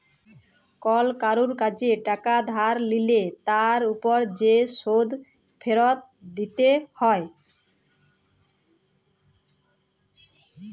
call কারুর কাজে টাকা ধার লিলে তার উপর যে শোধ ফিরত দিতে হ্যয়